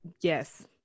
yes